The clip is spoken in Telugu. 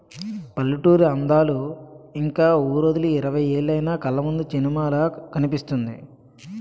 పల్లెటూరి అందాలు ఇంక వూరొదిలి ఇరవై ఏలైన కళ్లముందు సినిమాలా కనిపిస్తుంది